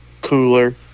cooler